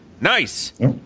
Nice